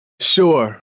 Sure